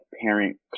parent